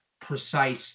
precise